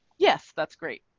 yes, that's great.